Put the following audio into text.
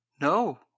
No